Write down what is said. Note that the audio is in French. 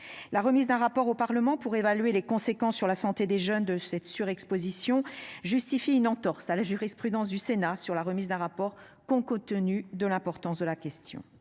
La remise d'un rapport au Parlement pour évaluer les conséquences sur la santé des jeunes de cette surexposition justifie une entorse à la jurisprudence du Sénat sur la remise d'un rapport qu'on compte tenu de l'importance de la question.